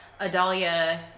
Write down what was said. Adalia